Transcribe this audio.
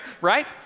right